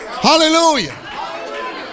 hallelujah